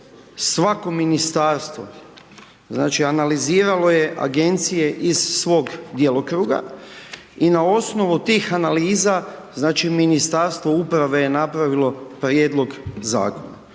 svako ministarstvo znači analiziralo je agencije iz svog djelokruga i na osnovu tih analiza znači Ministarstvo uprave je napravilo prijedlog zakona.